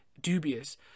dubious